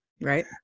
Right